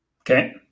Okay